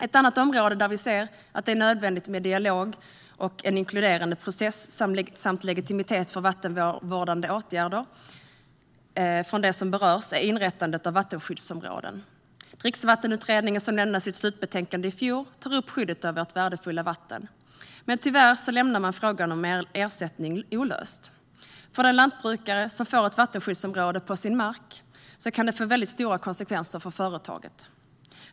Ett annat område där vi ser att det är nödvändigt med dialog och en inkluderande process samt legitimitet för vattenvårdande åtgärder från dem som berörs är inrättandet av vattenskyddsområden. Dricksvattenutredningen, som lämnade sitt slutbetänkande i fjol, tar upp skyddet av vårt värdefulla vatten. Men tyvärr lämnar man frågan om ersättning olöst. För den lantbrukare som får ett vattenskyddsområde på sin mark kan det få väldigt stora konsekvenser för företaget.